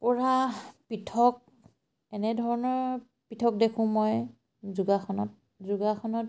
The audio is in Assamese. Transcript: পঢ়া পৃথক এনেধৰণৰ পৃথক দেখোঁ মই যোগাসনত যোগাসনত